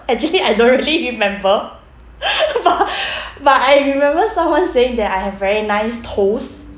actually I don't really remember but but I remember someone saying that I have very nice toes